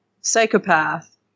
psychopath